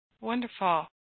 Wonderful